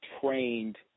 trained